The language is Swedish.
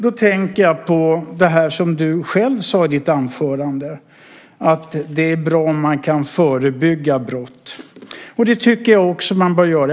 Då tänker jag på det som du själv sade i ditt anförande om att det är bra om man kan förebygga brott. Det tycker jag också att man bör göra.